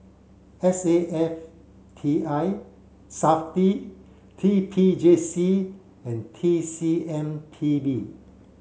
S A F T I SAFTI T P J C and T C M P B